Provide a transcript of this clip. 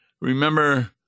Remember